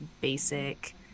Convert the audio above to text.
basic